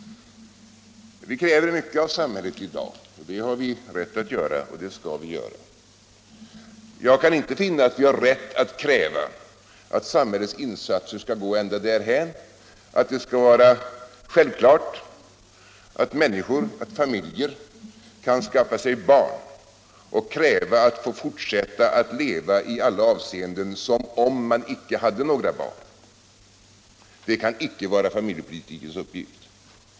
Vi kräver mycket av samhället i dag; det har vi rätt att göra och det skall vi göra. Men jag kan inte finna att vi har rätt att kräva att samhällets insatser skall gå ända därhäm att det skall vara självklart att familjer kan skaffa sig barn och kräva att få fortsätta att leva i alla avseenden som om man inte hade några barn. Det kan inte vara familjepolitikens uppgift.